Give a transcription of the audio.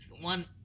one